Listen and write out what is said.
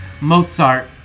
Mozart